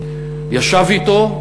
ישב אתו,